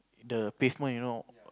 the pavement you know